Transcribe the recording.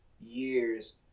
years